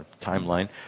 timeline